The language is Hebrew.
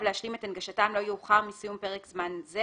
להשלים את הנגשתם לא יאוחר מסיום פרק זמן זה